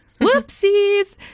Whoopsies